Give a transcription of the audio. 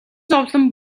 зовлон